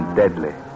deadly